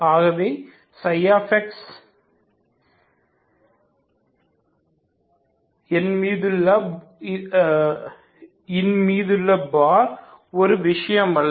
ஆகவே Ѱ ன் மீதுள்ள பார் ஒரு விஷயம் அல்ல